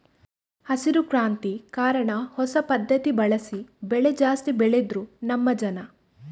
ಹಸಿರು ಕ್ರಾಂತಿ ಕಾರಣ ಹೊಸ ಪದ್ಧತಿ ಬಳಸಿ ಬೆಳೆ ಜಾಸ್ತಿ ಬೆಳೆದ್ರು ನಮ್ಮ ಜನ